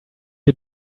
you